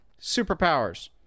superpowers